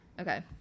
okay